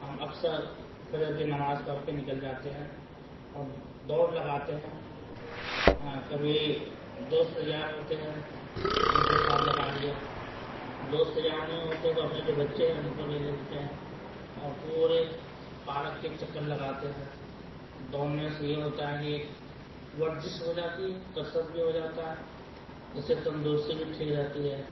ہم اکثر فجر کی نماز پڑھ کے نکل جاتے ہیں اور دوڑ لگاتے ہیں ہاں کبھی دوست یار ہوتے ہیں ان کے ساتھ لگا لیا دوست یار نہیں ہوتے ہیں تو اپنے جو بّچے ہیں ان کو لے لیتے ہیں اور پورے پارک کے چکر لگاتے ہیں دوڑنے سے یہ ہوتا ہے کہ ورزش ہو جاتی ہے کثرت بھی ہو جاتا ہے اس سے تندرستی بھی ٹھیک رہتی ہے